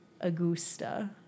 Augusta